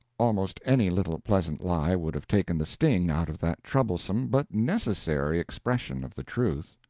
almost any little pleasant lie would have taken the sting out of that troublesome but necessary expression of the truth.